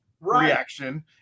reaction